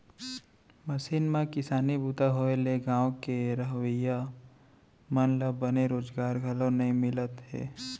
machine म किसानी बूता होए ले गॉंव के रहवइया मन ल बने रोजगार घलौ नइ मिलत हे